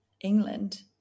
England